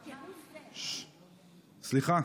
סליחה.